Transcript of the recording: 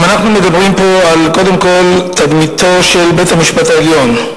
אם אנחנו מדברים על תדמיתו של בית-המשפט העליון,